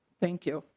thank you.